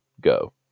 go